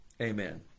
amen